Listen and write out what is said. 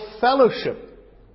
fellowship